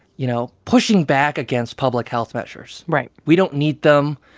you know, pushing back against public health measures right we don't need them.